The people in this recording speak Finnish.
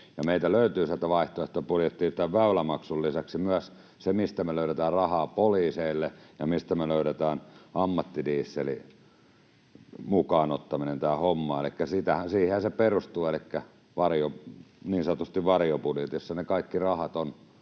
meiltä löytyy sieltä vaihtoehtobudjetista tämän väylämaksun lisäksi myös se, mistä me löydetään rahaa poliiseille ja mistä me löydetään ammattidie-selin mukaan ottaminen tähän hommaan. Siihenhän se perustuu, elikkä niin sanotusti varjobudjetissa ne kaikki rahat on